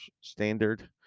standard